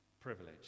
privilege